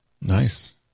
Nice